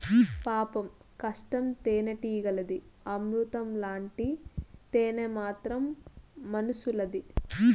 పాపం కష్టం తేనెటీగలది, అమృతం లాంటి తేనె మాత్రం మనుసులది